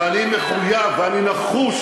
ואני מחויב, ואני נחוש,